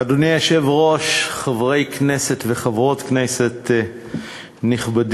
אדוני היושב-ראש, חברי כנסת וחברות כנסת נכבדים,